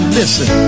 listen